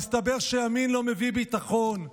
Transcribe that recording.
מסתבר שימין לא מביא ביטחון,